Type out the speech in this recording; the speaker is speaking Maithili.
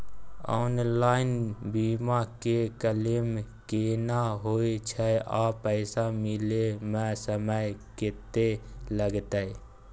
ऑनलाइन बीमा के क्लेम केना होय छै आ पैसा मिले म समय केत्ते लगतै?